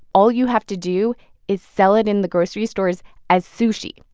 all you have to do is sell it in the grocery stores as sushi.